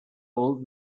old